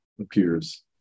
appears